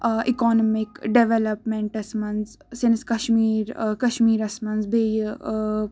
economic ڈیوَلپمینٹَس منٛز since Kashmir کَشمیٖرَس منٛز بیٚیہِ